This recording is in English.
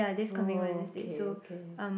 okay okay